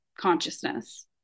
consciousness